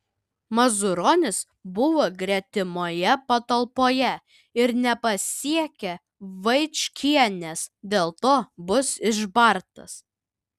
mazuronis buvo gretimoje patalpoje ir nepasiekė vaičkienės dėl to bus išbartas